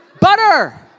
Butter